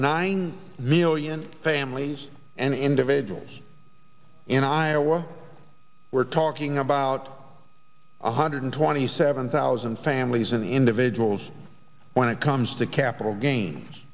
nine million families and individuals in iowa we're talking about one hundred twenty seven thousand families in the individuals when it comes to capital gains